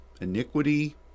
iniquity